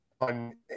on